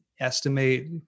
estimate